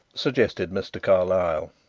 suggested mr. carlyle,